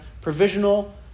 provisional